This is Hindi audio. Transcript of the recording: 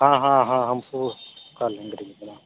हाँ हाँ हाँ हमको कल